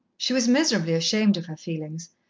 she was miserably ashamed of her feelings,